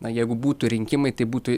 na jeigu būtų rinkimai tai būtų